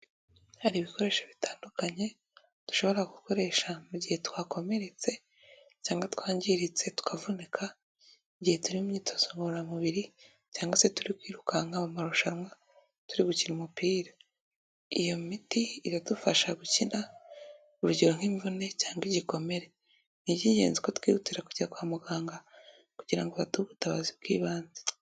Hari ibikoresho bitandukanye dushobora gukoresha mu gihe twakomeretse cyangwa twangiritse tukavunika igihe turi mu myitozo ngororamubiri cyangwa se turi kwirukanka mu marushanwa turi gukina umupira. Iyo miti iradufasha gukira urugero nk'imvune cyangwa igikomere. Ni iby'ingenzi ko twihutira kujya kwa muganga kugira ngo baduhe ubutabazi bw'ibanze.